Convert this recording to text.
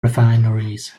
refineries